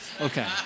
Okay